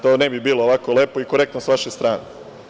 To ne bi bilo ovako lepo i korektno sa vaše strane.